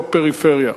הוא הפריפריה.